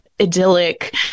idyllic